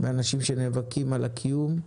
באנשים שנאבקים על הקיום,